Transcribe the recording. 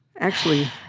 actually,